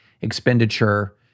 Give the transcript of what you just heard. expenditure